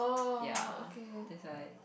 ya that's why